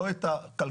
לא את הכלכלה,